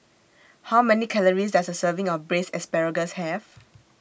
How Many Calories Does A Serving of Braised Asparagus Have